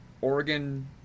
Oregon